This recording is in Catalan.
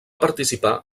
participar